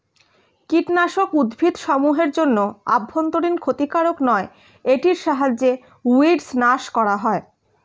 কীটনাশক উদ্ভিদসমূহ এর জন্য অভ্যন্তরীন ক্ষতিকারক নয় এটির সাহায্যে উইড্স নাস করা হয়